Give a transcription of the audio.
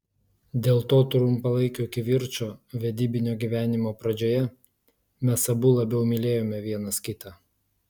dėl to trumpalaikio kivirčo vedybinio gyvenimo pradžioje mes abu labiau mylėjome vienas kitą